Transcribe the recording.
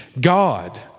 God